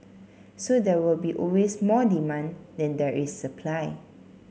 so there will be always more demand than there is supply